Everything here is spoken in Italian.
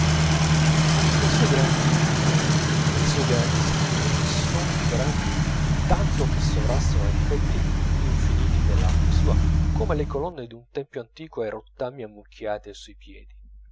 le sue grandi idee e i suoi grandi sentimenti son grandi tanto che sovrastano ai difetti infiniti dell'arte sua come le colonne d'un tempio antico ai rottami ammucchiati ai suoi piedi